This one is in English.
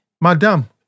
madam